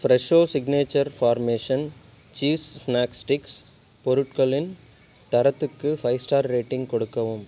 Fresho signature formation cheese snack sticks பொருட்களின் தரத்துக்கு five star rating கொடுக்கவும்